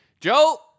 Joe